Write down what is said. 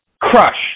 crush